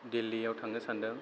दिल्लीयाव थांनो सान्दों